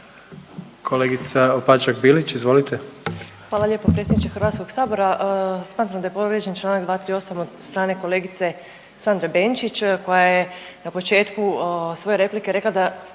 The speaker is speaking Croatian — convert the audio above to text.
**Opačak Bilić, Marina (Nezavisni)** Hvala lijepo predsjedniče Hrvatskog sabora. Smatram da je povrijeđen članak 238. od strane kolegice Sandre Benčić koja je na početku svoje replike rekla da